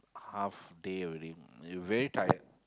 half day already you very tired